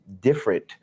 different